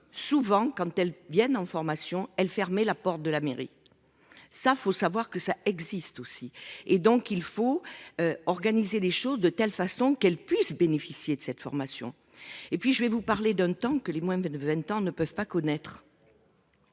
souvent quand elles viennent en formation elle fermer la porte de la mairie. Ça faut savoir que ça existe aussi et donc il faut. Organiser les choses de telle façon qu'elle puisse bénéficier de cette formation et puis je vais vous parler d'un temps que les moins de 20 ans ne peuvent pas connaître.